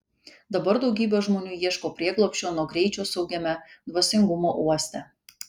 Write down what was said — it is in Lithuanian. dabar daugybė žmonių ieško prieglobsčio nuo greičio saugiame dvasingumo uoste